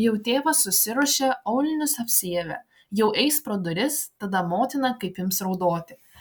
jau tėvas susiruošė aulinius apsiavė jau eis pro duris tada motina kaip ims raudoti